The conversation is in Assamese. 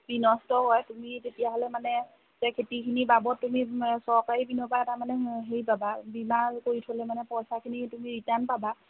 খেতি নষ্ট কৰে তুমি তেতিয়াহ'লে মানে সেই খেতিখিনিৰ বাবদ তুমি চৰকাৰী পিনৰপৰা এটা মানে হেৰি পাবা বীমা কৰি থ'লে মানে পইচাখিনি তুমি ৰিটাৰ্ণ পাবা